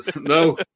No